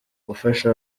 gufasha